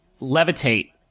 levitate